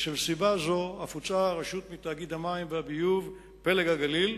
ומסיבה זאת אף הוצאה הרשות מתאגיד המים והביוב "פלג הגליל".